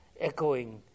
echoing